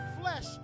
flesh